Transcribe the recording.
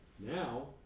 Now